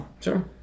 Sure